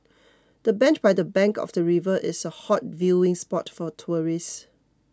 the bench by the bank of the river is a hot viewing spot for tourists